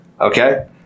okay